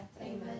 Amen